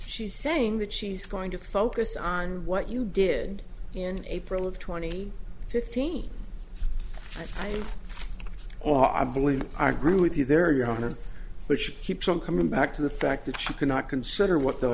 she's saying that she's going to focus on what you did in april of twenty fifteen or i believe i agree with you there your honor which keeps on coming back to the fact that you cannot consider what the